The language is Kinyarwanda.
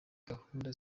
gahunda